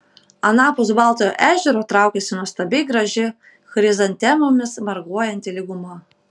anapus baltojo ežero traukėsi nuostabiai graži chrizantemomis marguojanti lyguma